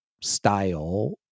Style